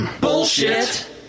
bullshit